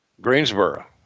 Greensboro